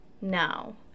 now